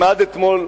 אם עד אתמול,